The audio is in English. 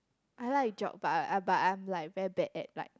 I like Geog but I but I'm like very bad at like